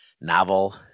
novel